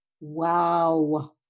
wow